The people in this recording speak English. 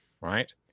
Right